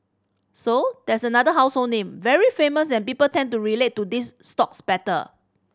so that's another household name very famous and people tend to relate to these stocks better